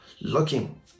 looking